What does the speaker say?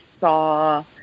saw